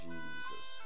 Jesus